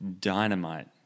dynamite